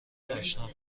اشنا